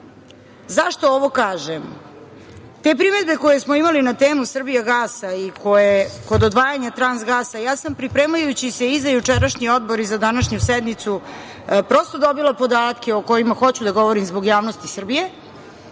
Zašto ovo kažem? Te primedbe koje smo imali na temu „Srbijagasa“ i koje kod odvajanja „Transgasa“, ja sam pripremajući se i za jučerašnji Odbor i za današnju sednicu dobila podatke o kojima hoću da govorim zbog javnosti Srbije,